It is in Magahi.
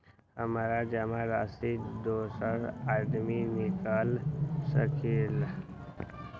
हमरा जमा राशि दोसर आदमी निकाल सकील?